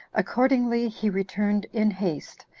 accordingly, he returned in haste,